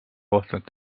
ohtralt